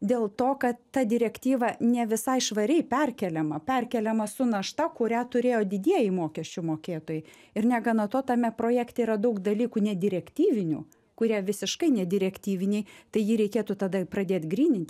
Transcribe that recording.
dėl to kad ta direktyva ne visai švariai perkeliama perkeliama su našta kurią turėjo didieji mokesčių mokėtojai ir negana to tame projekte yra daug dalykų ne direktyvinių kurie visiškai ne direktyviniai tai jį reikėtų tada pradėt gryninti